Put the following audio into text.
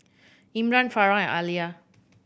Mmran Farah and Alya